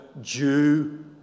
Jew